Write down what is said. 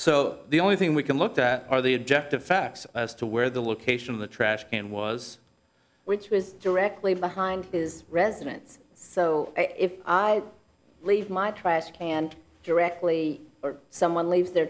so the only thing we can look at are the objective facts as to where the location of the trash can was which was directly behind his residence so if i leave my trash and directly or someone leaves their